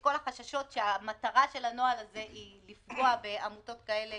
כל החששות שהמטרה של הנוהל הזה היא לפגוע בעמותות כאלה